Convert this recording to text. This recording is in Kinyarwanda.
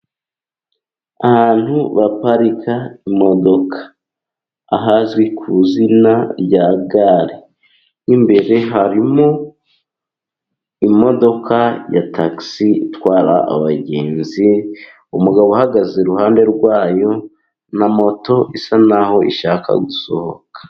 Ahantu baparika imodoka, hazwi ku izina rya gare mwo imbere harimo imodoka ya tagisi itwara abagenzi, umugabo uhagaze iruhande rwayo na moto isa n'aho ishaka gusohoka.